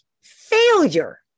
failure